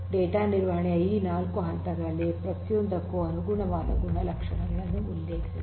data ನಿರ್ವಹಣೆಯ ಈ ನಾಲ್ಕು ಹಂತಗಳಲ್ಲಿ ಪ್ರತಿಯೊಂದಕ್ಕೂ ಅನುಗುಣವಾದ ಗುಣಲಕ್ಷಣಗಳನ್ನು ಉಲ್ಲೇಖಿಸಿದೆ